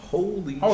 Holy